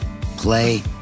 play